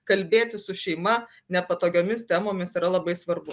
kalbėtis su šeima nepatogiomis temomis yra labai svarbu